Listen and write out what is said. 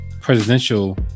Presidential